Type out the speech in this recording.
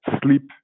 sleep